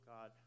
God